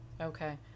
okay